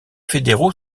fédéraux